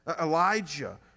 Elijah